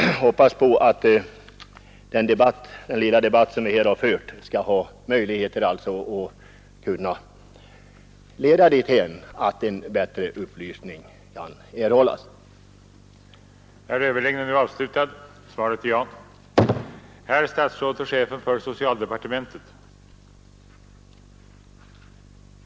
Jag hoppas att den lilla debatt som vi här har fört skall leda till att bättre upplysning kan erhållas.